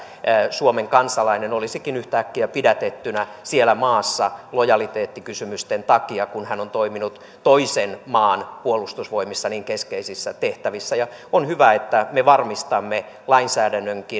suomen kansalainen olisikin yhtäkkiä pidätettynä siellä maassa lojaliteettikysymysten takia kun hän on toiminut toisen maan puolustusvoimissa niin keskeisissä tehtävissä on hyvä että me varmistamme onko lainsäädännön